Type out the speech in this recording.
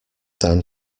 than